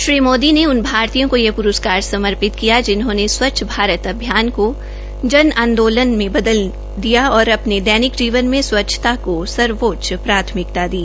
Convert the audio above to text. श्री मोदी ने उन भारतीय को यह प्रस्कार समर्पित किया जिन्होंने स्वचछ भारत अभियान केा जन आंदोलन मे बदल दिया और अपने दैनिक जीवन मे स्वच्छता को सर्वोच्च प्राथमिकता दी